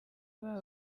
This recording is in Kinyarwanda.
babo